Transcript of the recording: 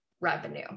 revenue